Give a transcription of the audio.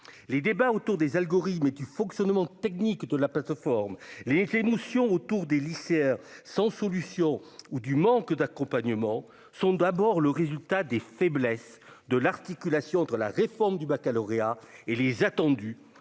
les débats autour des algorithmes mais du fonctionnement technique de la plateforme, les émotions autour des lycéens sans solution ou du manque d'accompagnement sont d'abord le résultat des faiblesses de l'articulation entre la réforme du Baccalauréat et les attendus